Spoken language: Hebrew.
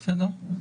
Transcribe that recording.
בסדר.